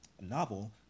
novel